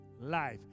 life